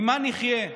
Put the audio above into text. ממה נחיה?